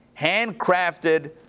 handcrafted